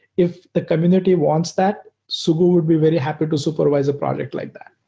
if the community wants that, sugu would be very happy to supervise a project like that.